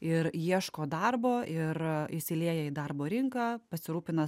ir ieško darbo ir įsilieja į darbo rinką pasirūpina